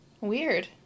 Weird